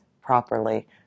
properly